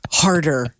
harder